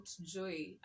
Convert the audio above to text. Joy